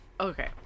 Okay